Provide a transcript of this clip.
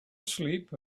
asleep